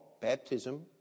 baptism